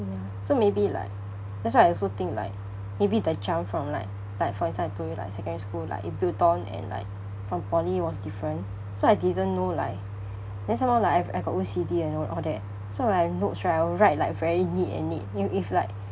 so maybe like that's why I also think like maybe the jump from like like for instance I told you like secondary school like it build on and like from poly it was different so I didn't know like then some more like I've I've got O_C_D and all that so when I have notes right I will write like very neat and neat if if like